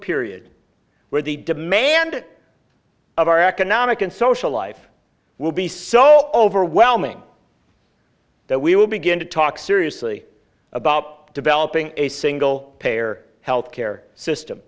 period where the demand of our economic and social life will be so overwhelming that we will begin to talk seriously about developing a single payer health care system